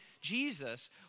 Jesus